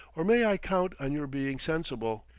or may i count on your being sensible?